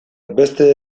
beste